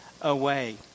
away